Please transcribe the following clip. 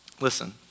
Listen